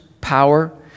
power